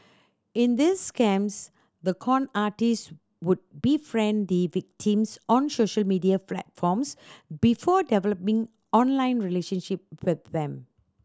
in these scams the con artist would befriend the victims on social media platforms before developing online relationship with them